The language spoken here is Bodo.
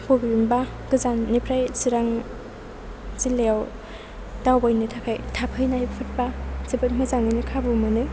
बबेबा गोजाननिफ्राय चिरां जिल्लायाव दावबायनो थाखाय थाफैनायफोरब्ला जोबोद मोजाङैनो खाबु मोनो